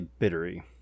bittery